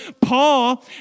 paul